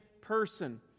person